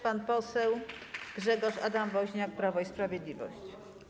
Pan poseł Grzegorz Adam Woźniak, Prawo i Sprawiedliwość.